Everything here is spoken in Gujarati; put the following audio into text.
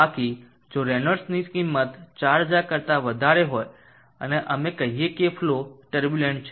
બાકી જો રેનોલ્ડ્સની કિંમત 4000 કરતા વધારે હોય અને અમે કહીએ કે ફલો ટર્બુલન્ટ છે